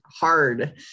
hard